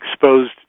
exposed